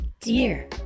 dear